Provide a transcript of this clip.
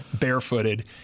barefooted